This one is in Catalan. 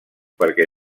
perquè